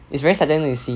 it's very saddening to see